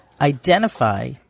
identify